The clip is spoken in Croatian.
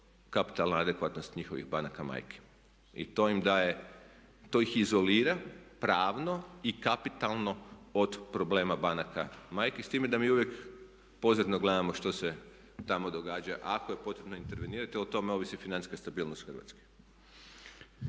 kapitalna adekvatnost njihovih banaka majki i to im daje, to ih izolira pravno i kapitalno od problema banaka majki, s time da mi uvijek pozorno gledamo što se tamo događa. Ako je potrebno intervenirati o tome ovisi financijska stabilnost Hrvatske.